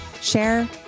share